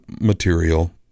material